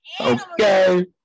Okay